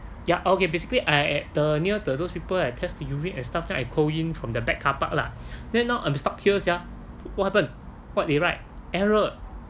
ya okay basically I the near those people are tested the urine and stuff that I call him from the back park lah then now I'm stuck here sia what happen what they write error